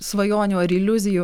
svajonių ar iliuzijų